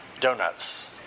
donuts